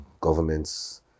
governments